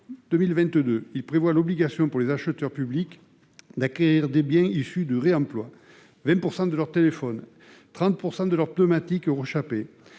2022 est prévue l'obligation pour les acheteurs publics d'acquérir des biens issus du réemploi : 20 % de leurs téléphones, 30 % de leurs pneumatiques rechapés,